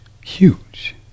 huge